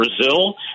Brazil